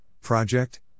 Project